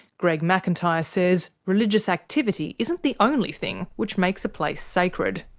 greg mcintyre says religious activity isn't the only thing which makes a place sacred.